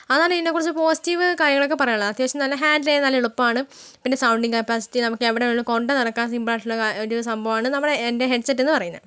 അതാണ് ഇതിനെക്കുറിച്ച് പോസിറ്റീവ് കാര്യങ്ങളൊക്കെ പറയാനുള്ളത് അത്യാവശ്യം നല്ല ഹാൻഡിൽ ചെയ്യാൻ എളുപ്പമാണ് പിന്നെ സൗണ്ടിങ് കപ്പാസിറ്റി നമുക്ക് എവിടെ വേണമെങ്കിലും കൊണ്ട് നടക്കാൻ സിമ്പിൾ ആയിട്ടുള്ള ഒരു സംഭവമാണ് നമ്മുടെ എൻ്റെ ഹെഡ്സെറ്റ് എന്ന് പറയുന്നത്